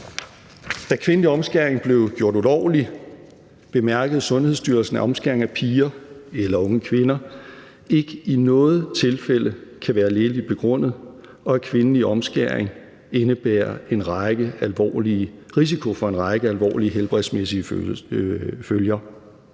Da kvindelig omskæring blev gjort ulovligt, bemærkede Sundhedsstyrelsen, at omskæring af piger eller unge kvinder ikke i noget tilfælde kan være lægeligt begrundet, og at kvindelig omskæring indebærer risiko for en række alvorlige helbredsmæssige følger.